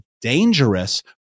dangerous